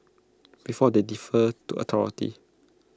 because they defer to authority